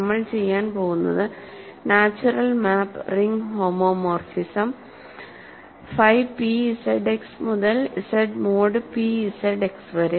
നമ്മൾ ചെയ്യാൻ പോകുന്നത് natural map ring homomorphism phi P Z X മുതൽ Z mod P Z X വരെ